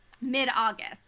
mid-August